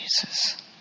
Jesus